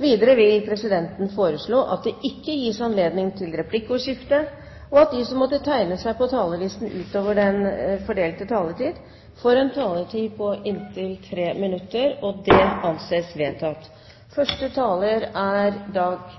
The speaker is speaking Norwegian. Videre vil presidenten foreslå at det ikke gis anledning til replikkordskifte, og at de som måtte tegne seg på talerlisten utover den fordelte taletid, får en taletid på inntil 3 minutter. – Det anses vedtatt. Bakgrunnen for denne saken er